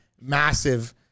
massive